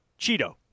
Cheeto